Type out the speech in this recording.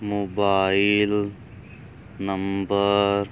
mobile number